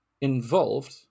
involved